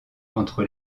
entre